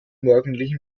morgendlichen